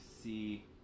see